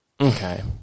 Okay